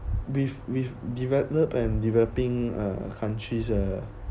with with developed and developing uh countries uh